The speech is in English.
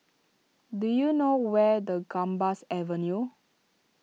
do you know where the Gambas Avenue